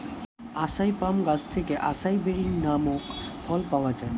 আসাই palm গাছ থেকে acai berry নামক ফল পাওয়া যায়